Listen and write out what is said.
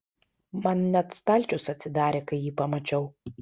man net stalčius atsidarė kai jį pamačiau